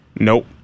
nope